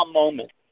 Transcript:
moment